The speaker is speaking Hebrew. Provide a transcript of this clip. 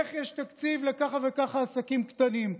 איך יש תקציב לככה וככה עסקים קטנים,